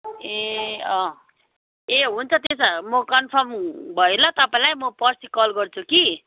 ए ए हुन्छ त्यसो भए म कन्फर्म भएँ ल तपाईँलाई म पर्सि कल गर्छु कि